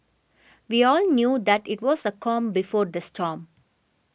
we all knew that it was the calm before the storm